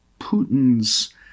Putin's